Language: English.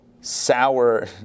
sour